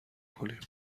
کنیم